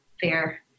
fair